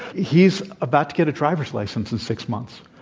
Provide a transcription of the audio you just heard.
he's about to get a driver's license in six months,